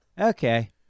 okay